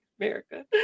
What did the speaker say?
America